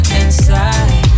inside